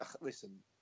listen